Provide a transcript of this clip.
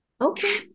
Okay